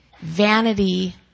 vanity